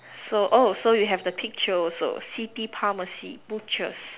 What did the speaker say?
so so you have the picture also C P pharmacy butchers